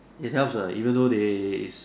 it helps lah even though they